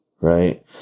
right